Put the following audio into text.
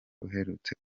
uherutse